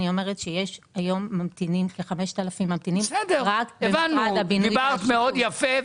אני אומרת שיש היום כ-5,000 ממתינים רק במשרד הבינוי והשיכון.